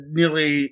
nearly